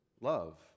love